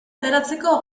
ateratzeko